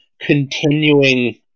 continuing